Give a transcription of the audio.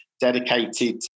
dedicated